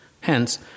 Hence